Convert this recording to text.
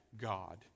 God